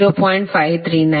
539 0